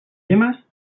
gemmes